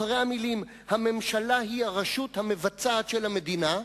אחרי המלים: "הממשלה היא הרשות המבצעת של המדינה",